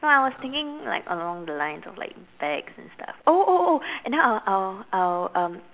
no I was thinking like along the lines of like bags and stuff oh oh oh then I will I will I will um